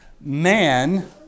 man